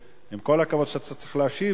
עם כל הכבוד לכך שאתה צריך להשיב,